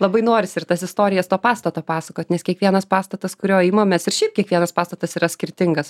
labai norisi ir tas istorijas to pastato pasakot nes kiekvienas pastatas kurio imamės ir šiaip kiekvienas pastatas yra skirtingas